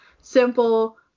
simple